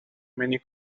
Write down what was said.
many